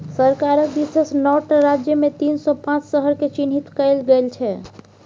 सरकारक दिससँ नौ टा राज्यमे तीन सौ पांच शहरकेँ चिह्नित कएल गेल छै